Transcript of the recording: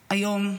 היום,